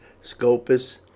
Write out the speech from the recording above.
scopus